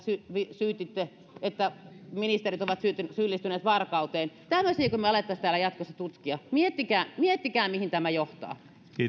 väititte että ministerit ovat syyllistyneet varkauteen tämmöisiäkö me alkaisimme täällä jatkossa tutkia miettikää miettikää mihin tämä johtaa